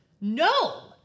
no